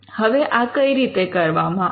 હવે આ કઈ રીતે કરવામાં આવે